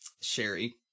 Sherry